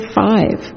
five